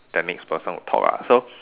the next person who talk ah so